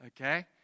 okay